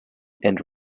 and